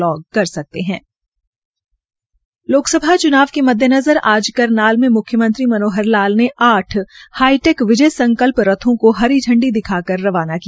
लोकसभा च्नाव के मद्देनज़र आज करनाल में मुख्यमंत्री मनोहर लाल ने आज हाईटैक विजय संकल्प रथों को हरी झंडी दिखाकर रवाना किया